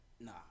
Nah